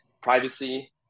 privacy